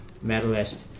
medalist